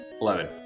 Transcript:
Eleven